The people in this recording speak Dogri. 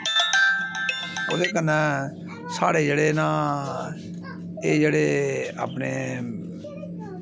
ओह्दे कन्नै साढ़े जेह्ड़े न एह् जेह्ड़े अपने